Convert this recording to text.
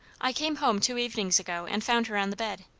i came home two evenings ago and found her on the bed.